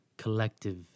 Collective